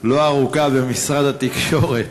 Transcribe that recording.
לא ארוכה במשרד התקשורת.